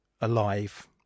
alive